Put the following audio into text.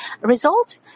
Result